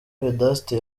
vedaste